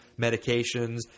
medications